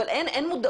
אבל אין מודעות,